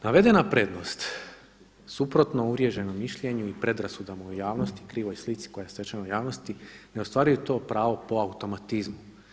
Navedena prednost suprotno uvriježenom mišljenju i predrasudama u javnosti, krivoj slici koja je stečena u javnosti ne ostvaruju to pravo po automatizmu.